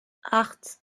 acht